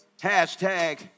Hashtag